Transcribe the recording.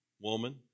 Woman